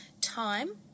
time